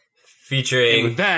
featuring